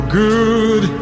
good